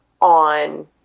on